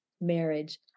marriage